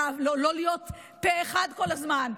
לא להיות פה אחד כל הזמן.